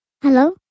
Hello